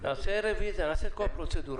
נעשה רוויזיה, נעשה את כל הפרוצדורה.